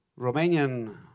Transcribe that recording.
Romanian